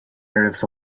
areas